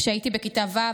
"כשהייתי בכיתה ו',